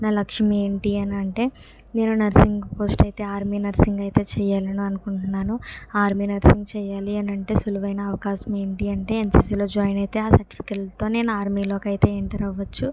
నా లక్ష్యం ఏంటి అని అంటే నేను నర్సింగ్ పోస్ట్ అయితే ఆర్మీ నర్సింగ్ అయితే చేయాలని అనుకుంటున్నాను ఆర్మీ నర్సింగ్ చేయాలి అని అంటే సులువైన అవకాశం ఏంటి అంటే ఎన్సిసిలో జాయిన్ అయితే ఆ సర్టిఫికేట్లతో నేను ఆర్మీలోకి అయితే ఎంటర్ అవ్వచ్చు